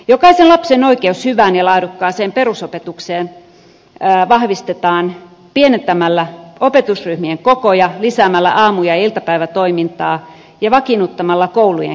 jokaisen lapsen oikeutta hyvään ja laadukkaaseen perusopetukseen vahvistetaan pienentämällä opetusryhmien kokoja lisäämällä aamu ja iltapäivätoimintaa ja vakiinnuttamalla koulujen kerhotoimintaa